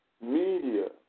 media